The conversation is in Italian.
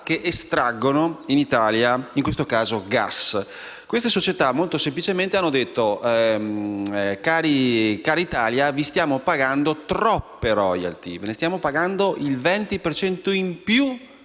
che estraggono in Italia, in questo caso gas. Queste società molto semplicemente hanno detto: «Cara Italia, vi stiamo pagando troppe *royalty*, vi stiamo pagando il 20 per